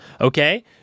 Okay